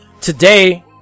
today